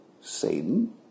Satan